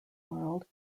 world